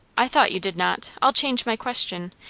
i thought you did not. i'll change my question.